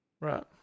Right